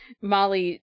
Molly